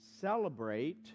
celebrate